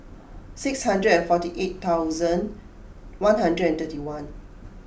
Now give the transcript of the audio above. six hundred and forty eight thousand one hundred and thirty one